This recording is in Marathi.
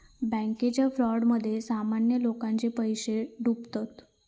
बॅन्केच्या फ्रॉडमध्ये सामान्य लोकांचे पैशे डुबतत